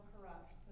corrupt